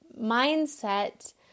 mindset